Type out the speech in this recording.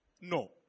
no